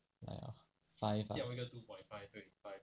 die liao five ah